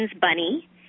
bunny